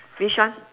which one